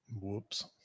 Whoops